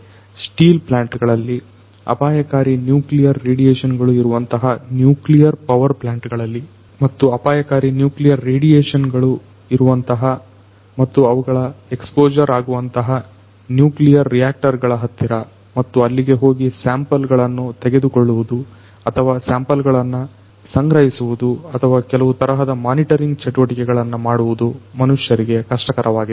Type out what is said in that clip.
steel plant ಗಳಲ್ಲಿ ಅಪಾಯಕಾರಿ nuclear radiation ಗಳು ಇರುವಂತಹ ನ್ಯೂಕ್ಲಿಯರ್ ಪವರ್ ಪ್ಲಾಂಟ್ ಗಳಲ್ಲಿ ಮತ್ತು ಅಪಾಯಕಾರಿ ನ್ಯೂಕ್ಲಿಯರ್ ರೇಡಿಯೇಷನ್ ಗಳು ಇರುವಂತಹ ಮತ್ತು ಅವುಗಳ ಎಕ್ಸ್ ಪೋಜಾರ್ ಆಗುವಂತಹ ನ್ಯೂಕ್ಲಿಯರ್ ರಿಯಾಕ್ಟರ್ ಗಳ ಹತ್ತಿರ ಮತ್ತು ಅಲ್ಲಿಗೆ ಹೋಗಿ ಸ್ಯಾಂಪಲ್ ಗಳನ್ನು ತೆಗೆದುಕೊಳ್ಳುವುದು ಅಥವಾ ಸ್ಯಾಂಪಲ್ ಗಳನ್ನು ಸಂಗ್ರಹಿಸುವುದು ಅಥವಾ ಕೆಲವು ತರಹದ ಮಾನಿಟರಿಂಗ್ ಚಟುವಟಿಕೆಗಳನ್ನು ಮಾಡುವುದು ಮನುಷ್ಯರಿಗೆ ಕಷ್ಟಕರವಾಗಿದೆ